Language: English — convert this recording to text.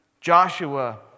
Joshua